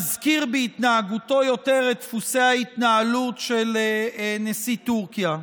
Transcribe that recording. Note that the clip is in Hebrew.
מזכיר בהתנהגותו יותר את דפוסי ההתנהלות של נשיא טורקיה.